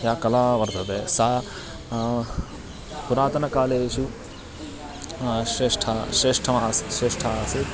या कला वर्तते सा पुरातनकालेषु श्रेष्ठा श्रेष्ठासीत् श्रेष्ठा आसीत्